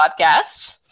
podcast